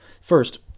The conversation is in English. First